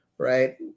Right